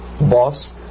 boss